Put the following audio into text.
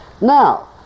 Now